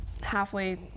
halfway